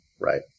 Right